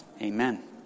amen